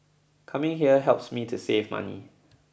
coming here helps me to save money